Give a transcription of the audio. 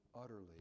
utterly